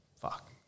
fuck